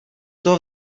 toho